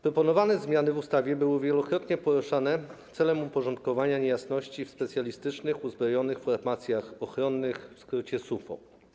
Proponowane zmiany w ustawie były wielokrotnie poruszane celem uporządkowania niejasności w specjalistycznych uzbrojonych formacjach ochronnych, w skrócie SUFO.